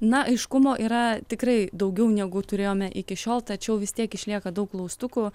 na aiškumo yra tikrai daugiau negu turėjome iki šiol tačiau vis tiek išlieka daug klaustukų